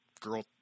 girl